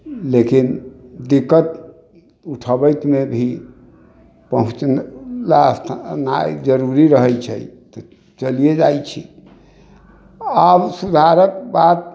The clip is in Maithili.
लेकिन दिक्कत उठऽबैतमे भी पहुँचला स्थान पहुँचनाइ जरूरी रहै छै तऽ चलिये जाइ छी आओर सुधारक बात